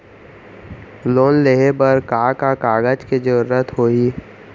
Loan लेहे बर का का कागज के जरूरत होही?